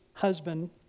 husband